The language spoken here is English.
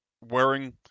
wearing